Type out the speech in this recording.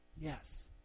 Yes